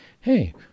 hey